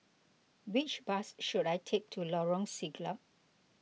which bus should I take to Lorong Siglap